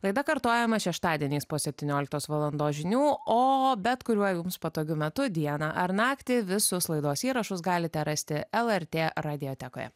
laida kartojama šeštadieniais po septynioliktos valandos žinių o bet kuriuo jums patogiu metu dieną ar naktį visus laidos įrašus galite rasti lrt radiotekoje